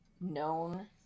known